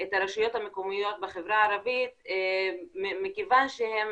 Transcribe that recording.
את הרשויות המקומיות בחברה הערבית מכיוון שהן